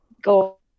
go